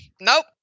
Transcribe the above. nope